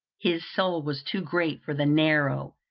his soul was too great for the narrow,